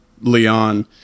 leon